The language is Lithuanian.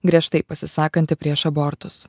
griežtai pasisakanti prieš abortus